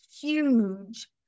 huge